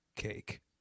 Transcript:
Cake